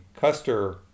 Custer